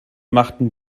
machten